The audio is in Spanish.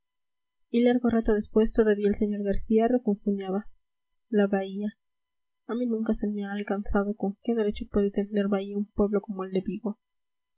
y largo rato después todavía el sr garcía refunfuñaba la bahía a mí nunca se me ha alcanzado con qué derecho puede tener bahía un pueblo como el de vigo